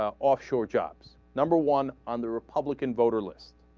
ah offshore jobs number one on the republican voter list